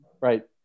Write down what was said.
right